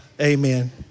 Amen